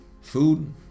Food